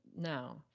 now